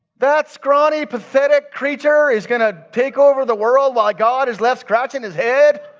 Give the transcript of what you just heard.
that's scrawny pathetic creature is gonna take over the world while god is left scratching his head.